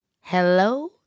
Hello